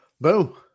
Boom